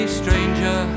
stranger